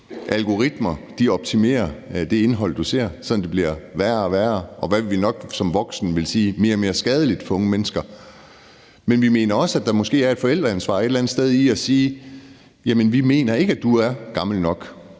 algoritmer optimerer det indhold, du ser, sådan at det bliver værre og værre, og hvad vi nok som voksne vil sige bliver mere og mere skadeligt for unge mennesker. Men vi mener også, at der måske er et forældreansvar eller andet sted i at sige: Vi mener ikke, du er gammel nok